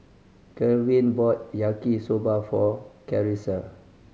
Kerwin bought Yaki Soba for Carissa